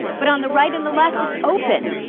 but on the right and the left, it's open.